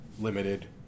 limited